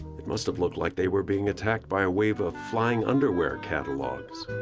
it must have looked like they were being attacked by a wave of flying underwear catalogs.